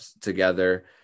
together